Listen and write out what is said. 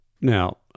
Now